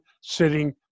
sitting